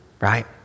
right